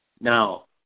Now